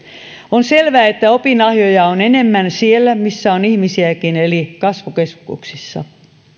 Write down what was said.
on selvää että opinahjoja on enemmän siellä missä on ihmisiäkin eli kasvukeskuksissa